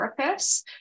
therapists